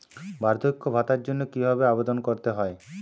বার্ধক্য ভাতার জন্য কিভাবে আবেদন করতে হয়?